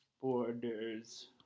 borders